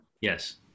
Yes